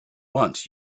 wants